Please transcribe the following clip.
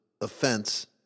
offense